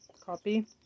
Copy